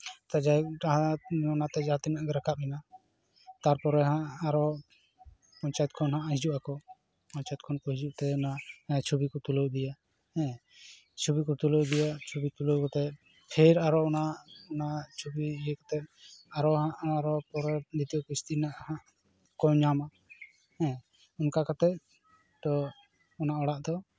ᱛᱚ ᱡᱟᱭᱦᱳ ᱚᱱᱟᱛᱮ ᱡᱟᱦᱟᱸ ᱛᱤᱱᱟᱹᱜ ᱜᱮ ᱨᱟᱨᱟᱵ ᱮᱱᱟ ᱛᱟᱨᱯᱚᱨᱮ ᱦᱟᱸᱜ ᱟᱨᱚ ᱯᱚᱧᱪᱟᱭᱮᱛ ᱠᱷᱚᱱ ᱦᱟᱸᱜ ᱦᱤᱡᱩᱜ ᱟᱠᱚ ᱯᱚᱧᱪᱟᱭᱮᱛ ᱠᱷᱚᱱ ᱠᱚ ᱦᱤᱡᱩᱜ ᱛᱮ ᱚᱱᱟ ᱪᱷᱚᱵᱤ ᱠᱚ ᱛᱩᱞᱟᱹᱣ ᱤᱫᱤᱭᱟ ᱦᱮᱸ ᱪᱷᱚᱵᱤ ᱠᱚ ᱛᱩᱞᱟᱹᱣ ᱤᱫᱤᱭᱟ ᱪᱷᱚᱵᱤ ᱛᱩᱞᱟᱹᱣ ᱠᱟᱛᱮᱫ ᱯᱷᱮᱨ ᱟᱨᱚ ᱚᱱᱟ ᱚᱱᱟ ᱪᱷᱚᱵᱤ ᱤᱭᱟᱹ ᱠᱟᱛᱮᱫ ᱟᱨᱚ ᱦᱟᱸᱜ ᱟᱨᱚ ᱯᱚᱨᱮ ᱫᱤᱛᱭᱚ ᱠᱤᱥᱛᱤ ᱨᱮᱱᱟᱜ ᱦᱟᱸᱜ ᱠᱚ ᱧᱟᱢᱟ ᱚᱱᱠᱟ ᱠᱟᱛᱮᱫ ᱛᱳ ᱚᱱᱟ ᱚᱲᱟᱜ ᱫᱚ